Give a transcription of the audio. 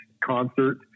concert